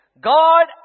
God